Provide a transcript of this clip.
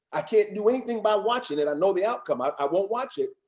i can't do anything by watching it. i know the outcome. i i won't watch it.